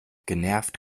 genervt